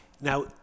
Now